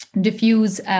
diffuse